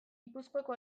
gipuzkoako